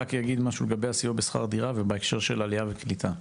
רק אגיד משהו לגבי סיוע בשכר דירה בהקשר של עלייה וקליטה.